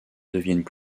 deviennent